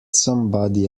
somebody